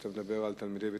אתה מדבר על תלמידי בית-ספר,